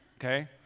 Okay